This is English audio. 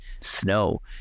snow